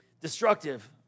destructive